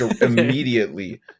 immediately